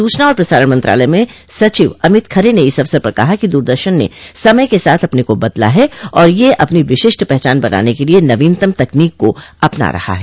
सूचना और प्रसारण मंत्रालय में सचिव अमित खरे ने इस अवसर पर कहा कि दूरदर्शन ने समय के साथ अपने को बदला है और यह अपनी विशिष्ट पहचान बनाने के लिए नवीनतम तकनीक को अपना रहा है